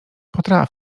potra